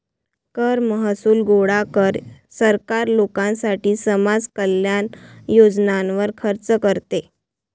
कर महसूल गोळा कर, सरकार लोकांसाठी समाज कल्याण योजनांवर खर्च करते